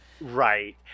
right